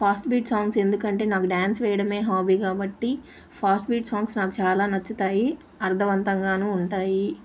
fast beat songs ఎందుకంటే నాకు dance వేయడమే హాబీ కాబట్టి ఫాస్ట్ బీట్ సాంగ్సు నాకు చాలా నచ్చుతాయి అర్థవంతంగాను ఉంటాయి